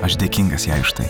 aš dėkingas jai už tai